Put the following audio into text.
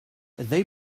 they